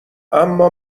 اما